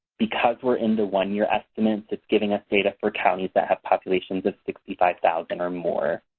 because we're in the one-year estimates, it's giving us data for counties that have populations of sixty five thousand or more.